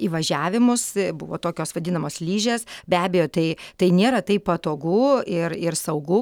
įvažiavimus buvo tokios vadinamos lyžės be abejo tai tai nėra taip patogu ir ir saugu